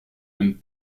and